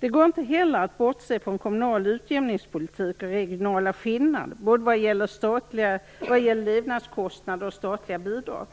Det går inte heller att bortse från kommunal utjämningspolitik och regionala skillnader, både vad gäller levnadskostnader och statliga bidrag.